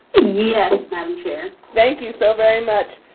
yes, madam chair. thank you so very much.